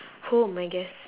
home I guess